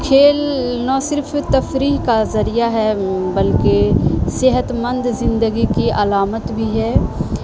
کھیل نہ صرف تفریح کا ذریعہ ہے بلکہ صحت مند زندگی کی علامت بھی ہے